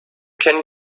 can